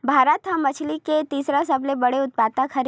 भारत हा मछरी के तीसरा सबले बड़े उत्पादक हरे